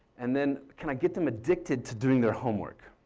and then, can i get them addicted to doing their homework?